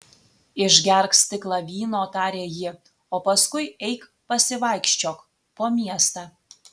išgerk stiklą vyno tarė ji o paskui eik pasivaikščiok po miestą